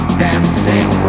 dancing